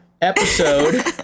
episode